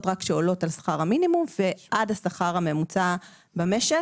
רק שעולות על שכר המינימום ועד השכר הממוצע במשק.